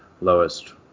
lowest